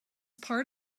part